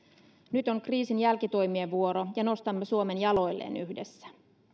nyt on kriisin jälkitoimien vuoro ja nostamme suomen jaloilleen yhdessä